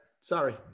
Sorry